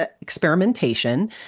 experimentation